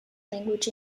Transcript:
language